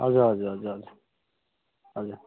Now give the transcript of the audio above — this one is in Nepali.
हजुर हजुर हजुर हजुर हजुर